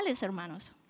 hermanos